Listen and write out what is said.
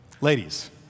Ladies